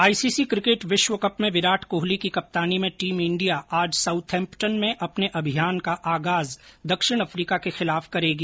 ICC cricket विश्वकप में विराट कोहली की कप्तानी में टीम इंडिया आज साउथैम्पटन में अपने अभियान का आगाज दक्षिण अफ्रीका के खिलाफ करेगी